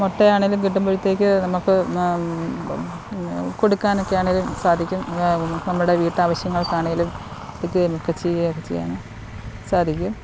മുട്ട ആണെങ്കിലും കിട്ടുമ്പോഴത്തേക്ക് നമുക്ക് കൊടുക്കാനൊക്കെ ആണേലും സാധിക്കും നമ്മുടെ വീട്ടാവശ്യങ്ങൾക്കാണെങ്കിലും വിൽക്കുകയൊക്കെ ചെയ്യാൻ ഒക്കെ ചെയ്യാന് സാധിക്കും